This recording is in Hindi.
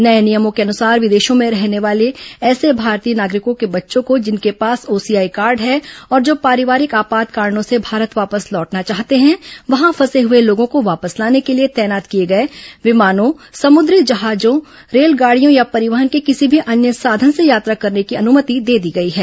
नये नियमों के अनुसार विदेशों में रहने वाली ऐसे भारतीय नागरिकों के बच्चों को जिन के पास ओसीआई कार्ड है और जो पारिवारिक आपात कारणों से भारत वापस लौटना चाहते हैं वहां फंसे हए लोगों को वापस लाने के लिए तैनात किये गये विमानों समुद्री जहाजों रेलगाड़ियों या परिवहन के किसी भी ैअन्य साधन से यात्रा करने की अनुमति दे दी गई है